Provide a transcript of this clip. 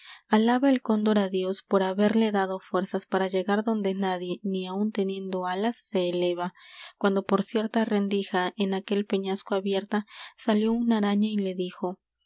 alaba el cóndor á dios por haberle dado fuerzas para llegar donde nadie ni aun teniendo alas se eleva cuando por cierta rendija en aquel peñasco abierta salió una araña y le dijo